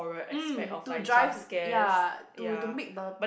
mm to drive ya to to make the